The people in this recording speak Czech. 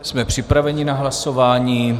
Jsme připraveni na hlasování.